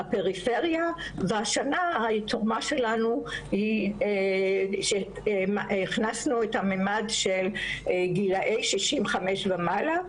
הפריפריה והשנה התרומה שלנו היא שהכנסנו את המימד של גילאי 65 ומעלה,